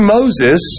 Moses